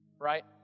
right